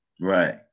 Right